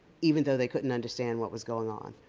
even though they couldn't understand what was going on.